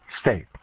stay